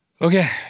Okay